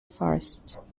forest